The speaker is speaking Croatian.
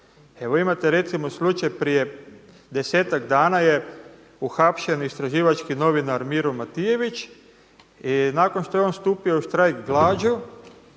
Evo imate recimo slučaj prije desetak dana je uhapšen istraživački novinar Miro Matijević i nakon što je on stupio u štrajk glađu